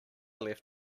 left